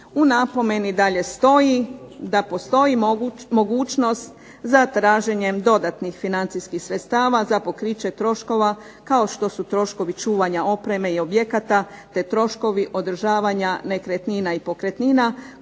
U napomeni dalje stoji da postoji mogućnost za traženjem dodatnih financijskih sredstava za pokriće troškova, kao što su troškovi čuvanja opreme i objekata, te troškovi održavanja nekretnina i pokretnina, koje ovog trenutka